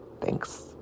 Thanks